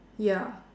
ya